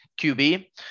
QB